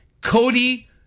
Cody